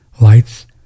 lights